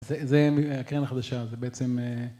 זה הקרן החדשה, זה בעצם...